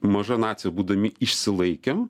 maža nacija būdami išsilaikėm